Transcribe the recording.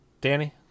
Danny